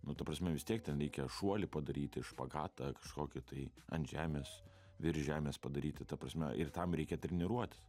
nu ta prasme vis tiek ten reikia šuolį padaryti špagatą kažkokį tai ant žemės virš žemės padaryti ta prasme ir tam reikia treniruotis